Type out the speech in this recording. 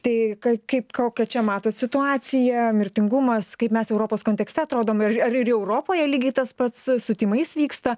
tai kaip kokią čia matot situaciją mirtingumas kaip mes europos kontekste atrodom ir ar ir jau europoje lygiai tas pats su tymais vyksta